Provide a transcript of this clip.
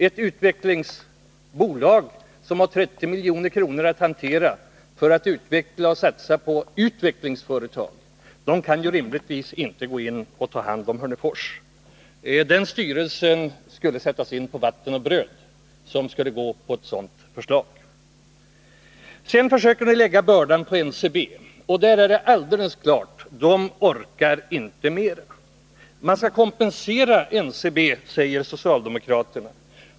Ett utvecklingsbolag som har 30 milj.kr. att satsa på utvecklingsföretag kan ju rimligtvis inte ta hand om Hörnefors. Den styrelse som skulle gå med på ett sådant förslag torde sättas på vatten och bröd. Sedan försöker ni lägga bördan på NCB. NCB orkar inte mer — den saken är alldeles klar. Man skall kompensera NCB, menar socialdemokraterna.